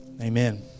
Amen